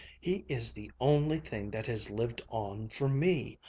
he is the only thing that has lived on for me.